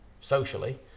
socially